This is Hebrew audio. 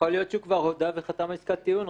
להיות שהוא כבר הודה וחתם על עסקת טיעון,